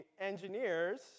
engineers